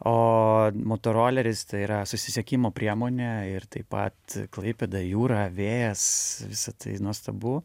o motoroleris tai yra susisiekimo priemonę ir taip pat klaipėda jūra vėjas visa tai nuostabu